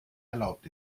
erlaubt